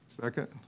Second